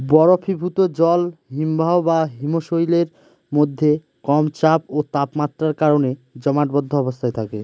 বরফীভূত জল হিমবাহ বা হিমশৈলের মধ্যে কম চাপ ও তাপমাত্রার কারণে জমাটবদ্ধ অবস্থায় থাকে